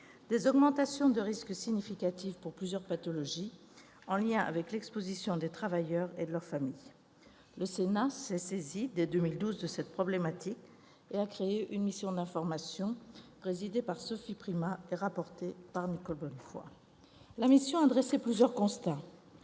des augmentations de risques significatives pour plusieurs pathologies, en lien avec l'exposition des travailleurs et de leurs familles. Le Sénat s'est saisi, dès 2012, de cette problématique et a créé une mission d'information, présidée par Sophie Primas et rapportée par Nicole Bonnefoy. La mission a dressé plusieurs constats